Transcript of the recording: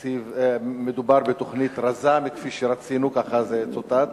מדובר בתוכנית רזה מכפי שרצינו, כך זה צוטט.